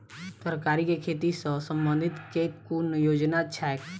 तरकारी केँ खेती सऽ संबंधित केँ कुन योजना छैक?